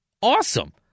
Awesome